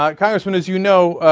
um congressman, as you know,